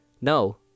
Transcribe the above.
No